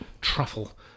truffle